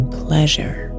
pleasure